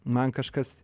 man kažkas